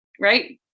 right